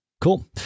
Cool